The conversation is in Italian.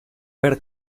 per